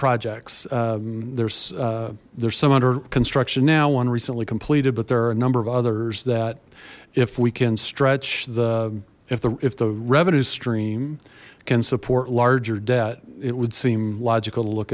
projects there's there's some under construction now one recently completed but there are a number of others that if we can stretch the if the revenue stream can support larger debt it would seem logical to look